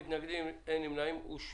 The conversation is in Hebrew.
אין מתנגדים, אין נמנעים, סעיף 56 אושר.